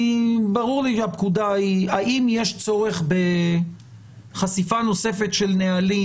שמעלה את השאלה האם יש צורך בחשיפה נוספת של נהלים,